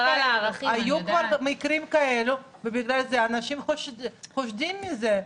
היו כבר מקרים כאלו ובגלל זה אנשים חוששים מזה.